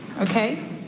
okay